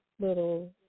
little